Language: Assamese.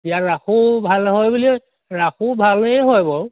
ইয়াৰ ৰাসো ভাল হয় বুলিয়ে ৰাসো ভালেই হয় বাৰু